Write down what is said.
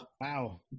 wow